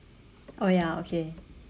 oh ya okay